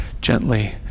gently